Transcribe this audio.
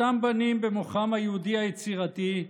אותם בנים, במוחם היהודי היצירתי,